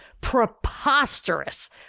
preposterous